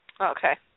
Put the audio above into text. Okay